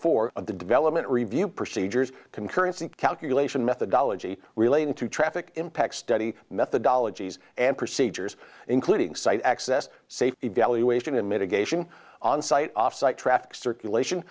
the development review procedures concurrence and calculation methodology relating to traffic impact study methodologies and procedures including site access safety evaluation and mitigation on site off site traffic circulation